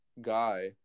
guy